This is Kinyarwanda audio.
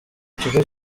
kigo